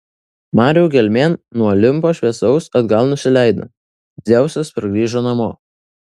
marių gelmėn nuo olimpo šviesaus atgal nusileido dzeusas pargrįžo namo